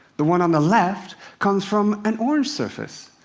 the one on the left comes from an orange surface,